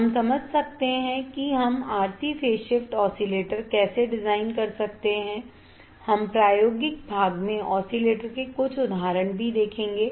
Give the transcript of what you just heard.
हम समझ सकते हैं कि हम RC फेज शिफ्ट ऑसिलेटर कैसे डिज़ाइन कर सकते हैं हम प्रायोगिक भाग में ऑसिलेटर के कुछ उदाहरण भी देखेंगे